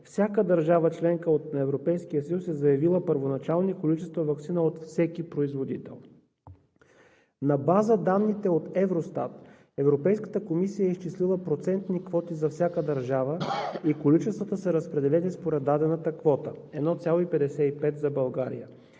всяка държава – членка на Европейския съюз, е заявила първоначални количества ваксина от всеки производител. На база данните от Евростат Европейската комисия е изчислила процентни квоти за всяка държава и количествата са разпределени според дадената квота – 1,55 за България,